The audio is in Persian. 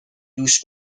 دوش